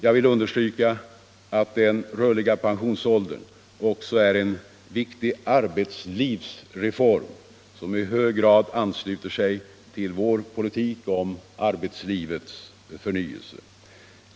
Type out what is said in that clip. Jag vill understryka att den rörliga pensionsåldern också är en viktig arbetslivsreform, som i hög grad ansluter sig till vår politik för arbetslivets förnyelse.